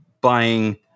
buying